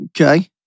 Okay